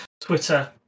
Twitter